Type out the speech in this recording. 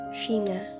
Sheena